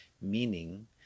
Meaning